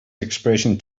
expression